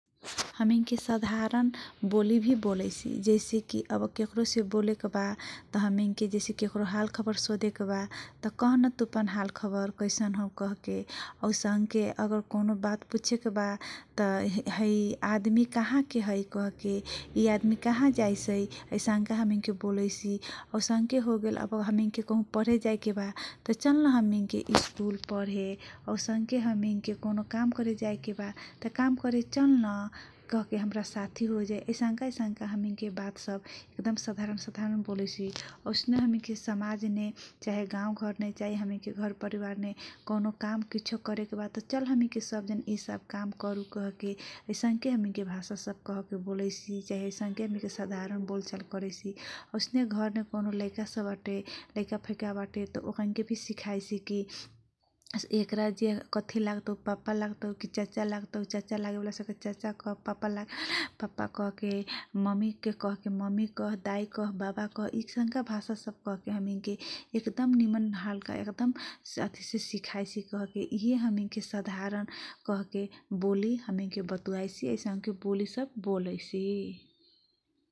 हामी के साधारण बोली भी बोलेसी जैसे कि अब के करो से बोले के बा चाहे हालखबर सोधे के बा त कहन तुपन हाल खबर कोइसन हौ। कह के औसन्के अगर कौनो बात पुछेके बा त यी आदमी कहाँ के है कह के यी आदमी कहाँ जाइसै ऐसनका हामी के बोलेसी औसने के होगेल अब हामी के परे जाए के बात चल्न हामी के स्कुल पढे औसन के हामी के कौनु काम गरे जाइकेबा त काम गरे चल्न क के हमरा साथी हो जाई ऐसनका हमिन के बात सब एक साधारण बोलैसी औसन के हामी के गाउँ समाज चाहे घर परिवारमे चाहे हामी के पाउनु कुच्छो करेकेबा चल हमिङके सब काम करे क के असंख्य हमिङके कहेके बोलैसी हमिन के ऐसांख्य सधारण बोलचाल करैसी ऐसाङ्के लईका सब बाटे भी सिखाइसी कि एकारा कथी लागि क के पापा लागतौ कि चाचा लागतौ चाचा लागेवाला सबसे पापा लागेवाला सबके पापा कह ममी कह दाइ कह बाबा सब कह के एकदम हालका भाषा सब सिकाइसि यी हमिन के सब सधारण बोली बोलाईसी ।